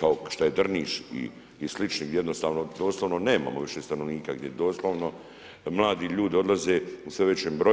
kao što je Drniš i slični jednostavno doslovno nemamo više stanovnika, gdje doslovno mladi ljudi odlaze u sve većem broju.